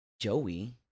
Joey